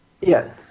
Yes